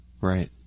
Right